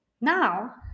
Now